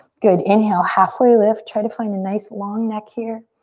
good, inhale, halfway lift. try to find a nice, long neck here.